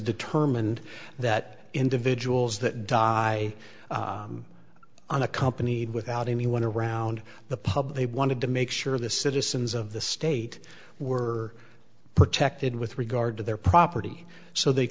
determined that individuals that die unaccompanied without anyone around the pub they wanted to make sure the citizens of the state were protected with regard to their property so they